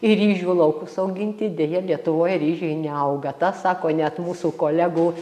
ir ryžių laukus auginti deja lietuvoje ryžiai neauga tą sako net mūsų kolegų